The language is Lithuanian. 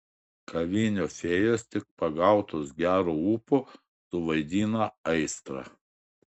kavinių fėjos tik pagautos gero ūpo suvaidina aistrą